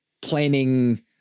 planning